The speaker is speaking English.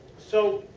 so